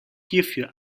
hierfür